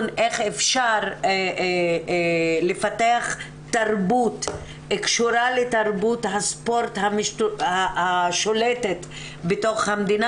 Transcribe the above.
איך אפשר לפתח תרבות קשורה לתרבות הספורט השולטת בתוך המדינה,